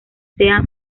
sea